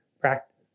practice